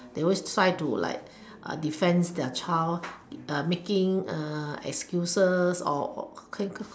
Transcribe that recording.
they always try to like defend their child making excuses or or